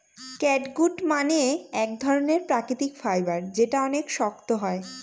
catgut মানে এক ধরনের প্রাকৃতিক ফাইবার যেটা অনেক শক্ত হয়